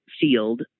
field